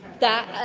that